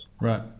right